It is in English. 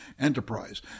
enterprise